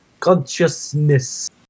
Consciousness